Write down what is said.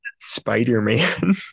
Spider-Man